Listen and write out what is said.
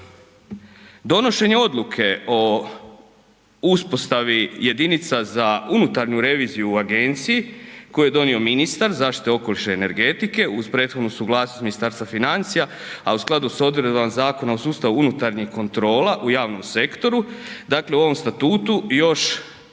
Donošenje odluke o uspostavi jedinica za unutarnju reviziju u agenciji koje je donio ministar zaštite okoliša i energetike uz prethodnu suglasnost Ministarstva financija a u skladu s odredbama Zakona o sustavu unutarnjih kontrola u javnom sektoru, dakle ovom statutu još